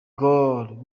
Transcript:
gaal